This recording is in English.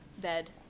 bed